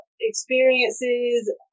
experiences